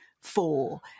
four